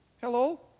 Hello